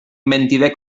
mentider